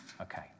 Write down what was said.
Okay